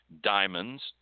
diamonds